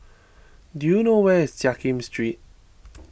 do you know where is Jiak Kim Street